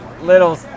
little